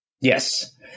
Yes